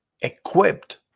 equipped